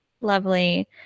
Lovely